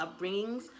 upbringings